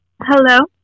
Hello